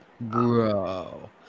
Bro